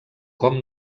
com